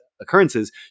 occurrences